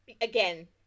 again